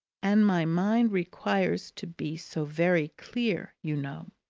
and my mind requires to be so very clear, you know!